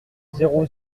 zéro